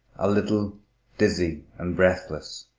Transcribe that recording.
a little dizzy and breathless,